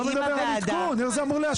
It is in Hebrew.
אני לא מדבר על עדכון, איך זה אמור להשפיע?